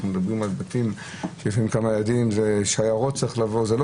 אנחנו מדברים על בתים שיש בהם כמה ילדים וזה לא פשוט.